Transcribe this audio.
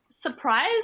surprise